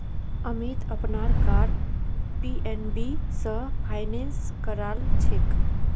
अमीत अपनार car PNB स finance करालछेक